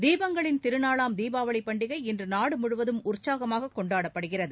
தீபங்களின் திருநாளாம் தீபாவளி பண்டிகை இன்று நாடு முழுவதும் உற்சாகமாக கொண்டாடப்படுகிறது